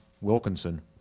Wilkinson